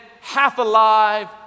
half-alive